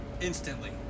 Instantly